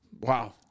Wow